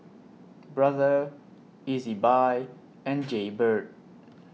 Brother Ezbuy and Jaybird